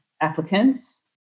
applicants